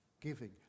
giving